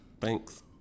Thanks